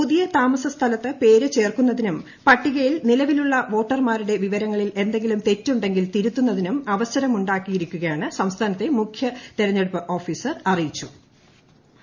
പുതിയ താമസ സ്ഥലത്തു പേരു ചേർക്കുന്നതിനും പട്ടികയിൽ നിലവിലുള്ള വോട്ടർമാരുടെ വിവ്യ്ക്കുങ്ങളിൽ എന്തെങ്കിലും തെ റ്റുങ്കെിൽ തിരുത്തുന്നതിനും അവസരമൂായിരിക്കുമെന്ന് സംസ്ഥാനത്തെ മുഖ്യ തിരഞ്ഞെടുപ്പ് ഓഫീസർ അറിയ്യിച്ചു്